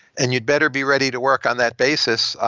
and you'd better be ready to work on that basis.